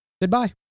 Goodbye